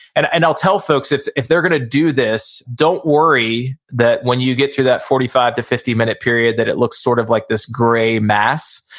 and and i'll tell folks if if they're gonna do this, don't worry that when you get through that forty five fifty minute period that it looks sort of like this gray mass,